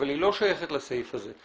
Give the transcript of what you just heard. אבל היא לא שייכת לסעיף הזה.